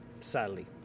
Sadly